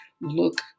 look